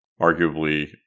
Arguably